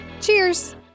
Cheers